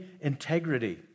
integrity